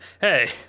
Hey